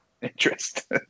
Interest